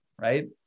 right